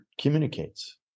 communicates